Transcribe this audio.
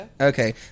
Okay